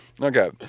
Okay